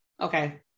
Okay